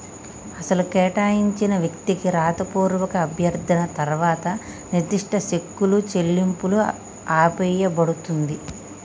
అసలు కేటాయించిన వ్యక్తికి రాతపూర్వక అభ్యర్థన తర్వాత నిర్దిష్ట సెక్కులు చెల్లింపులు ఆపేయబడుతుంది